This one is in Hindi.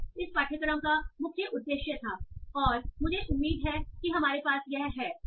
यह इस पाठ्यक्रम का मुख्य उद्देश्य था और मुझे उम्मीद है कि हमारे पास है